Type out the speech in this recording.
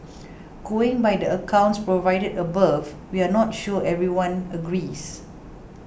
going by the accounts provided above we're not sure everyone agrees